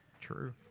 True